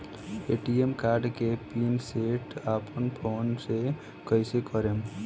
ATM card के PIN set अपना phone से कइसे करेम?